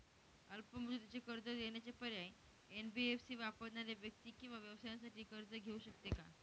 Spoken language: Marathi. अल्प मुदतीचे कर्ज देण्याचे पर्याय, एन.बी.एफ.सी वापरणाऱ्या व्यक्ती किंवा व्यवसायांसाठी कर्ज घेऊ शकते का?